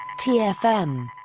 TFM